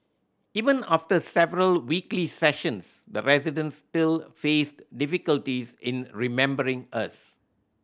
even after several weekly sessions the residents still faced difficulties in remembering us